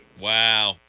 Wow